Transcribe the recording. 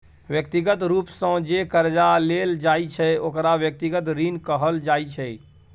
व्यक्तिगत रूप सँ जे करजा लेल जाइ छै ओकरा व्यक्तिगत ऋण कहल जाइ छै